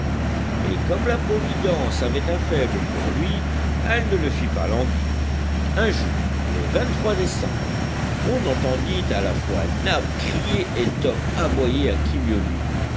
et comme la providence avait un faible pour lui elle ne le fit pas languir un jour le décembre on entendit à la fois nab crier et top aboyer à qui mieux mieux